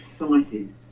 excited